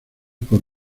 por